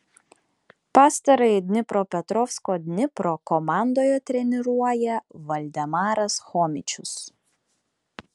pastarąjį dnipropetrovsko dnipro komandoje treniruoja valdemaras chomičius